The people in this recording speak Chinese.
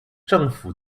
政府